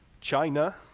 China